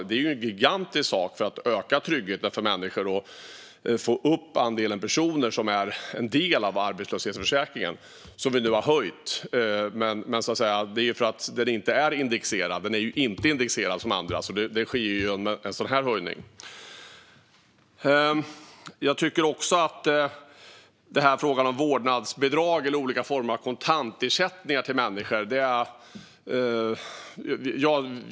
Det är en gigantisk sak för att öka tryggheten för människor och få upp andelen personer som är en del av arbetslöshetsförsäkringen, som vi nu har höjt. Det är för att den inte är indexerad som andra. Det sker nu en sådan höjning. Sedan till frågan om vårdnadsbidrag eller olika former av kontantersättningar till människor.